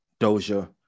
doja